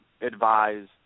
advise